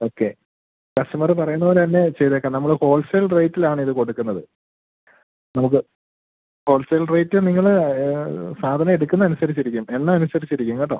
okay customer പറയുന്നത് പോലെ തന്നെ ചെയ്തേക്കാം നമ്മൾ ഹോൾസെയിൽ റേറ്റിൽ ആണ് ഇത് കൊടുക്കുന്നത് നമുക്ക് ഹോൾസെയിൽ റേറ്റ് നിങ്ങൾ സാധനം എടുക്കുന്നത് അനുസരിച്ചിരിക്കും എണ്ണം അനുസരിച്ചിരിക്കും കേട്ടോ